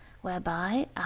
whereby